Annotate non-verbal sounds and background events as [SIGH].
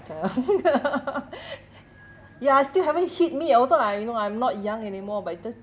young [LAUGHS] [BREATH] it still haven't hit me also I know I'm not young anymore but it just